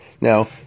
Now